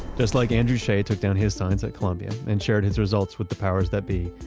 just like andrew shea took down his signs at columbian and shared his results with the powers that be,